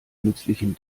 nützlichen